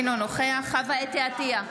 אינו נוכח חוה אתי עטייה,